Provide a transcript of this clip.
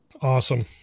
Awesome